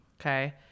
Okay